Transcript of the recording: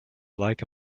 like